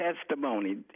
testimony